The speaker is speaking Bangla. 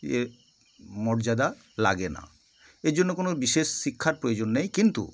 ইয়ে মর্যাদা লাগে না এর জন্য কোনো বিশেষ শিক্ষার প্রয়োজন নেই কিন্তু